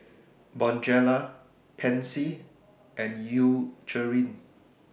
Bonjela Pansy and Eucerin